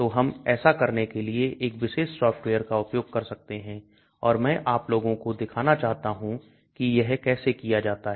तो हम ऐसा करने के लिए इस विशेष सॉफ्टवेयर का उपयोग कर सकते हैं और मैं आप लोगों को दिखाना चाहता हूं कि यह कैसे किया जाता है